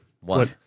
One